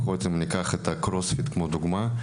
ניקח את הקרוספיט כדוגמה,